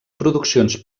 produccions